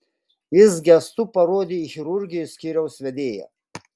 jis gestu parodė į chirurgijos skyriaus vedėją